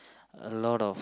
a lot of